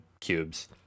cubes